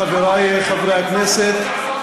חברי חברי הכנסת,